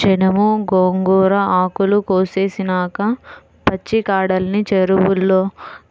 జనుము, గోంగూర ఆకులు కోసేసినాక పచ్చికాడల్ని చెరువుల్లో